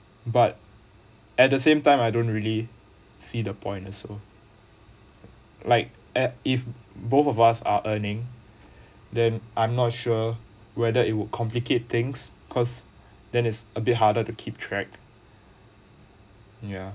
but at the same time I don't really see the point also like at if both of us are earning then I'm not sure whether it would complicate things cause then is a bit harder to keep track